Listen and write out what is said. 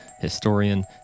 historian